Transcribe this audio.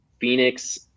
Phoenix